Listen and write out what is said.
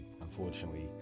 unfortunately